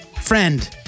friend